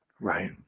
Right